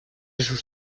sus